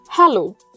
Hello